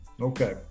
okay